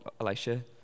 Elisha